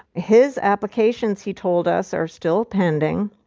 his applications, he told us, are still pending.